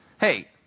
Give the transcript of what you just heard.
hey